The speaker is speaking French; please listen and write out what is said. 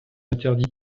interdit